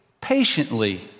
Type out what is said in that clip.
patiently